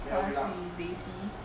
who ask we lazy